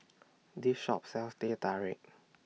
This Shop sells Teh Tarik